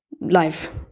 life